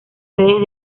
redes